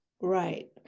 right